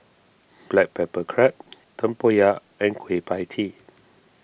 Black Pepper Crab Tempoyak and Kueh Pie Tee